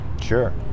Sure